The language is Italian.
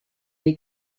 dei